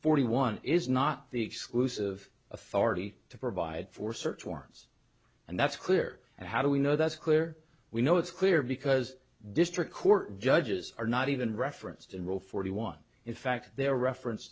forty one is not the exclusive authority to provide for search warrants and that's clear and how do we know that's clear we know it's clear because district court judges are not even referenced in real forty one in fact they're reference